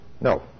No